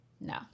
No